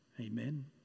Amen